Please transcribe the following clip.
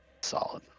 Solid